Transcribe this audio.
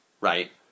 right